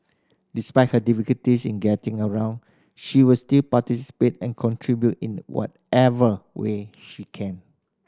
despite her difficulties in getting around she will still participate and contribute in whatever way she can